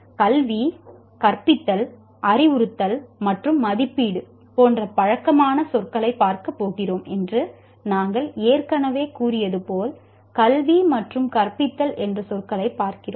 கல்வி கற்பித்தல் கற்றல் அறிவுறுத்தல் மற்றும் மதிப்பீடு போன்ற பழக்கமான சொற்களைப் பார்க்கப் போகிறோம் என்று நாங்கள் ஏற்கனவே கூறியது போல் கல்வி மற்றும் கற்பித்தல் என்ற சொற்களைப் பார்க்கிறோம்